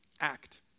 act